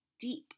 deep